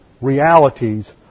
realities